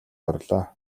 орлоо